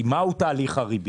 כי מהו תהליך הריבית?